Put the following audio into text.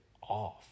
off